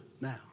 now